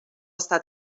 estar